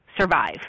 survive